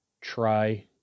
try